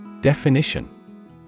Definition